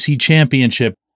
championship